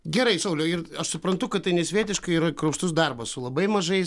gerai sauliau ir i aš suprantu kad tai nesvietiškai yra kruopštus darbas su labai mažais